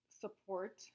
support